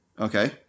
Okay